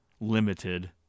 limited